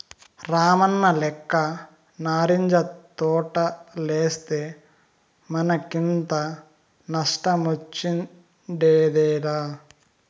రామన్నలెక్క నారింజ తోటేస్తే మనకింత నష్టమొచ్చుండేదేలా